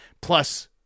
plus